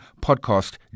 podcast